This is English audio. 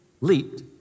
leaped